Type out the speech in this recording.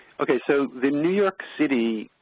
okay. so the new york city